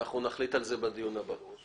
אנחנו נחליט על זה בדיון הבא.